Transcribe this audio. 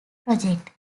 project